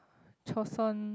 Joseon